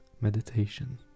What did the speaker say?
meditation